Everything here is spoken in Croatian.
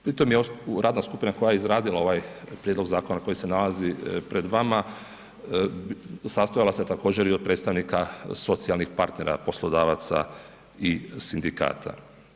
Pritom je radna skupina koja je izradila ovaj prijedlog zakona, koji se nalazi pred vama, sastojala se također i od predstavnika socijalnih partnera, poslodavaca i sindikata.